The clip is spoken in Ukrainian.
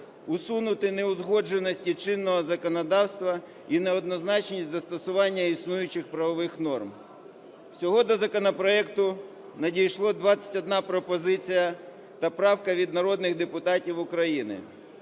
Усунути неузгодженості чинного законодавства і неоднозначність застосування існуючих правових норм. Всього до законопроекту надійшло 21 пропозиція та правка від народних депутатів України.